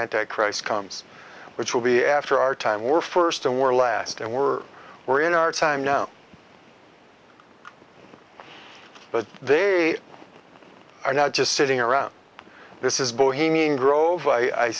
anti christ comes which will be after our time we're first and we're last and we're we're in our time now but they are i now just sitting around this is